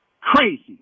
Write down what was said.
Crazy